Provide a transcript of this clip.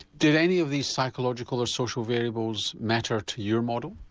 did any of these psychological or social variables matter to your model?